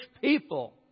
people